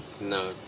No